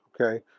Okay